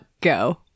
Go